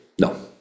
No